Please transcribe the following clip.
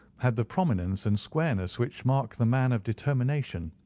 had the prominence and squareness which mark the man of determination.